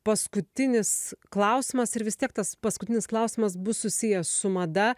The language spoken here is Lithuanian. paskutinis klausimas ir vis tiek tas paskutinis klausimas bus susijęs su mada